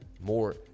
more